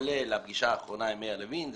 כולל הפגישה האחרונה עם מאיר לוין,